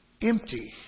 empty